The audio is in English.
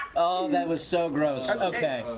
oh, that was so gross. that